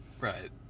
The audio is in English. Right